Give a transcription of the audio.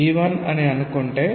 b1అని అనుకుంటే